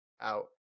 out